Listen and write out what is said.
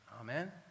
Amen